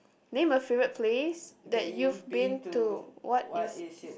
name a favourite place that you've been to what is